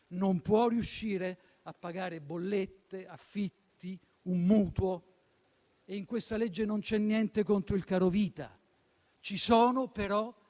non può riuscire a pagare bollette, affitti, un mutuo. In questa legge non c'è niente contro il carovita. Ci sono però